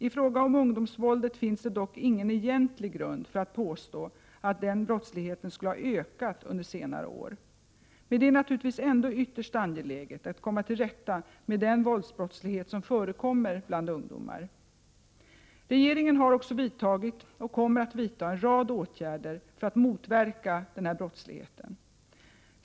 I fråga om ungdomsvåldet finns det dock ingen egentlig grund för att påstå att denna brottslighet skulle ha ökat under senare år. Men det är naturligtvis ändå ytterst angeläget att komma till rätta med den våldsbrott Prot. 1988/89:51 slighet som förekommer bland ungdomar. 17 januari 1989 Regeringen har också vidtagit och kommer att vidta en rad åtgärder för att motverka denna brottslighet.